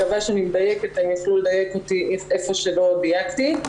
הרחבה --- איפה שלא דייקתי.